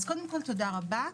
אז קודם כל תודה רבה.